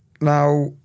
Now